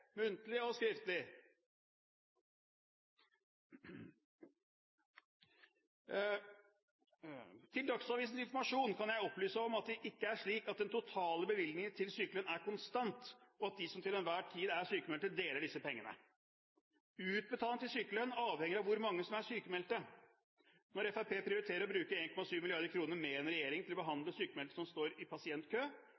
muntlig og skriftlig. Til Dagsavisens informasjon kan jeg opplyse om at det ikke er slik at den totale bevilgningen til sykelønn er konstant, og at de som til enhver tid er sykmeldte, deler disse pengene. Utbetaling til sykelønn avhenger av hvor mange som er sykmeldte. Når Fremskrittspartiet prioriterer å bruke 1,7 mrd. kr mer enn regjeringen til å